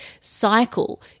cycle